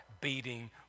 beating